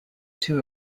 two